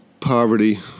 poverty